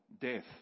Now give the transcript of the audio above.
death